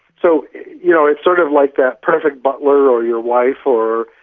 so you know it's sort of like that perfect butler or your wife or,